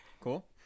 Cool